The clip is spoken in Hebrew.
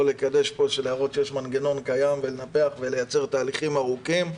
לקדש מנגנון קיים לנפח ולייצר תהליכים ארוכים,